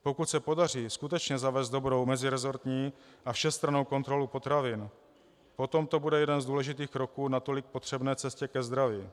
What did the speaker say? Pokud se podaří skutečně zavést dobrou meziresortní a všestrannou kontrolu potravin, potom to bude jeden z důležitých kroků k natolik potřebné cestě ke zdraví.